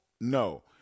no